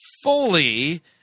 fully